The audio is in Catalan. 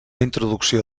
introducció